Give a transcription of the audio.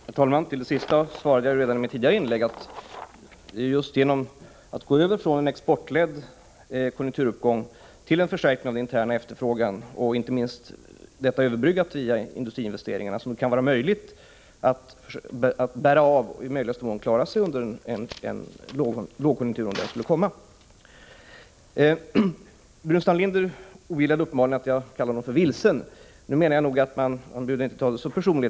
Herr talman! Till det sista svarade jag redan i mitt tidigare inlägg att det är just genom att gå över från en exportledd konjunkturuppgång till en förstärkning av den interna efterfrågan, inte minst överbryggad via industriinvesteringarna, som det blir möjligt att bära av och i möjligaste mån klara sig under en lågkonjunktur om den skulle komma. Burenstam Linder ogillade uppenbarligen att jag kallade honom vilsen. Nu behöver han inte ta detta så personligt.